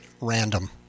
random